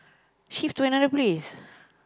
shift to another place